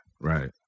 right